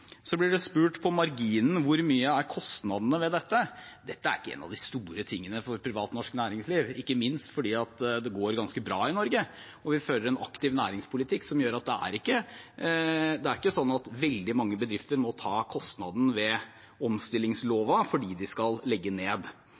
Så blir det spurt på marginen hvor store kostnadene ved dette er. Dette er ikke en av de store tingene for privat norsk næringsliv, ikke minst fordi det går ganske bra i Norge og vi fører en aktiv næringspolitikk som gjør at ikke veldig mange bedrifter må ta kostnadene ved omstillingsloven fordi de skal legge ned.